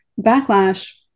backlash